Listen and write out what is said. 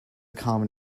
common